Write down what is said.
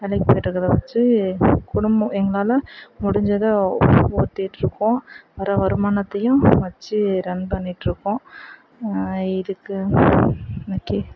வேலைக்குப் போயிட்டிருக்கறத வச்சு குடும்பம் எங்களால் முடிஞ்சதை ஓத்திட்ருக்கோம் வர வருமானத்தையும் வச்சு ரன் பண்ணிட்டிருக்கோம் இதுக்கு ஓகே